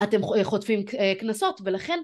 אתם חוטפים קנסות ולכן